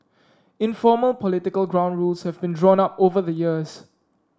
informal political ground rules have been drawn up over the years